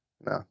no